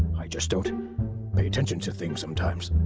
i just don't pay attention to things sometimes.